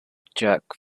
jerk